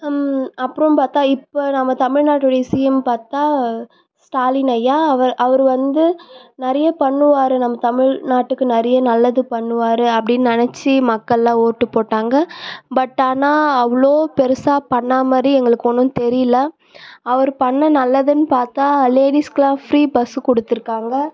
அப்புறம் பார்த்தா இப்போ நம்ம தமிழ்நாட்டுடைய சிஎம் பார்த்தா ஸ்டாலின் ஐயா அவர் அவர் வந்து நிறைய பண்ணுவார் நம்ம தமிழ்நாட்டுக்கு நிறைய நல்லது பண்ணுவார் அப்படின்னு நினச்சி மக்கள்லாம் ஓட்டுப்போட்டாங்க பட் ஆனால் அவ்வளோ பெருசாக பண்ண மாதிரி எங்களுக்கு ஒன்றும் தெரியலை அவர் பண்ண நல்லதுன்னு பார்த்தா லேடீஸ்க்கெலாம் ஃப்ரீ பஸ்ஸு கொடுத்துருக்காங்க